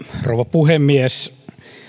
puhemies